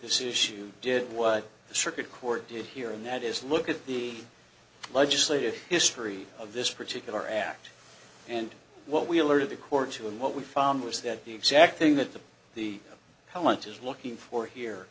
this issue did what the circuit court did hear and that is look at the legislative history of this particular act and what we learned of the court too and what we found was that the exact thing that the the how much is looking for here